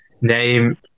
name